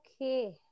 okay